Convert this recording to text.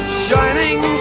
shining